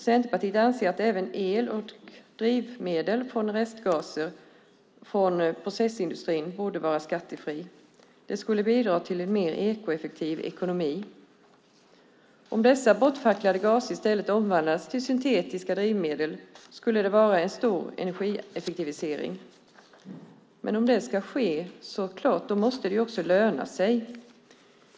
Centerpartiet anser att även el och drivmedel från restgaser från processindustrin borde vara skattefria. Det skulle bidra till en mer ekoeffektiv ekonomi. Om dessa bortfacklade gaser i stället omvandlas till syntetiska drivmedel skulle det vara en stor energieffektivisering. För att det ska ske måste det löna sig.